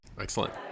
excellent